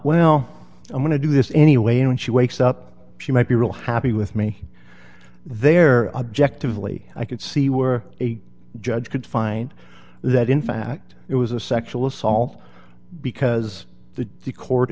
well i'm going to do this anyway and she wakes up she might be real happy with me there objectively i could see were a judge could find that in fact it was a sexual assault because the